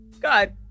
God